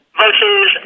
versus